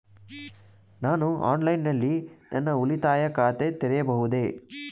ನಾನು ಆನ್ಲೈನ್ ನಲ್ಲಿ ನನ್ನ ಉಳಿತಾಯ ಖಾತೆ ತೆರೆಯಬಹುದೇ?